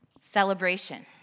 Celebration